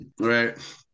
right